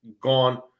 gone